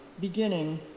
beginning